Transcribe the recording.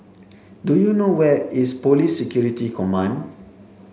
do you know where is Police Security Command